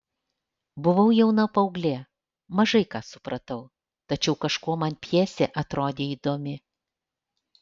buvau jauna paauglė mažai ką supratau tačiau kažkuo man pjesė atrodė įdomi